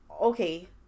okay